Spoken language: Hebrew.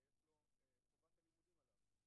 זאת הצורה הפורמלית לפתוח את הישיבה.